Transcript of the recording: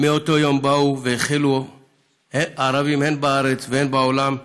מאותו יום באו והחלו הערבים, הן בארץ והן בעולם,